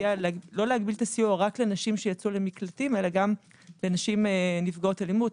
להגביל את הסיוע רק לנשים שיצאו למקלטים אלא גם לנשים נפגעות אלימות,